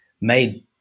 made